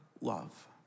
love